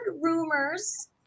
rumors